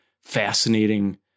fascinating